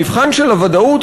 המבחן של הוודאות,